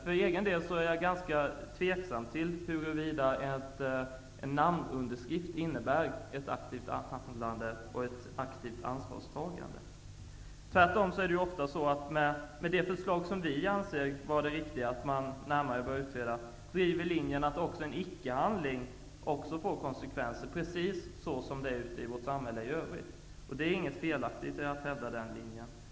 För egen del är jag ganska tveksam till huruvida en namnunderskrift innebär ett aktivt handlande och ett aktivt ansvarstagande. I det förslag som vi anser vara det riktiga, och som man närmare bör utreda, drivs linjen att även en icke-handling får konsekvenser, precis som det är ute i vårt samhälle i övrigt. Det är inget felaktigt i att hävda den linjen.